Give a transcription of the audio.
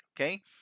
okay